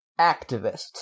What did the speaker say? activists